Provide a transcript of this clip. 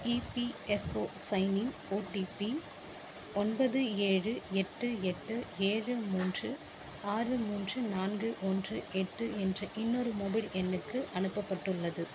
EPFO sign in OTP ஒன்பது ஏழு எட்டு எட்டு ஏழு மூன்று ஆறு மூன்று நான்கு ஒன்று எட்டு என்ற இன்னொரு மொபைல் எண்ணுக்கு அனுப்பப்பட்டுள்ளது